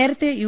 നേരത്തെ യു